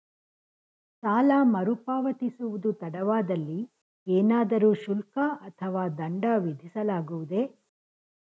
ಸಾಲ ಮರುಪಾವತಿಸುವುದು ತಡವಾದಲ್ಲಿ ಏನಾದರೂ ಶುಲ್ಕ ಅಥವಾ ದಂಡ ವಿಧಿಸಲಾಗುವುದೇ?